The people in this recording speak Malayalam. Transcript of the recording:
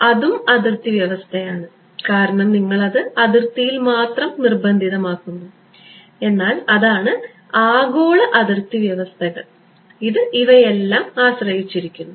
അതിനാൽ അതും അതിർത്തി വ്യവസ്ഥയാണ് കാരണം നിങ്ങൾ അത് അതിർത്തിയിൽ മാത്രം നിർബന്ധിതമാക്കുന്നു എന്നാൽ അതാണ് ആഗോള അതിർത്തി വ്യവസ്ഥകൾ ഇത് ഇവയെല്ലാം ആശ്രയിച്ചിരിക്കുന്നു